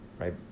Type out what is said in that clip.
right